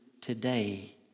today